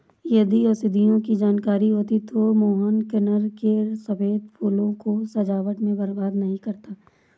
यदि औषधियों की जानकारी होती तो मोहन कनेर के सफेद फूलों को सजावट में बर्बाद नहीं करता